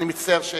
אני מצטער.